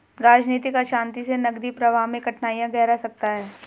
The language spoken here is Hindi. राजनीतिक अशांति से नकदी प्रवाह में कठिनाइयाँ गहरा सकता है